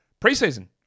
Preseason